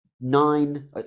nine